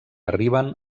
arriben